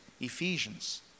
Ephesians